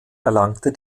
erlangte